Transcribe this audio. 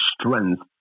strength